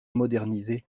modernisée